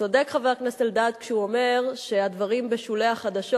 צודק חבר הכנסת אלדד כשהוא אומר שהדברים בשולי החדשות.